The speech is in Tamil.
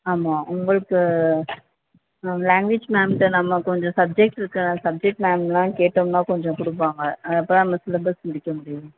ஆமாம் உங்களுக்கு லேங்க்வேஜ் மேம்கிட்ட நம்ம கொஞ்சம் சப்ஜெக்ட் இருக்க சப்ஜெக்ட் மேம்லாம் கேட்டோம்ன்னா கொஞ்சம் கொடுப்பாங்க அப்போ தான் நம்ம சிலபஸ் முடிக்க முடியும்